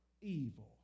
evil